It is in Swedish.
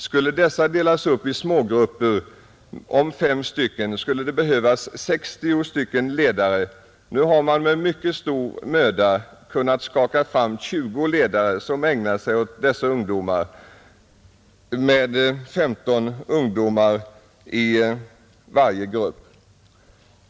Skulle dessa delas upp i smågrupper om fem stycken skulle det behövas 60 ledare, Nu har man med mycket stor möda kunnat skaka fram 20 ledare som ägnar sig åt dessa ungdomar uppdelat med 15 ungdomar i varje grupp.